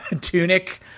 tunic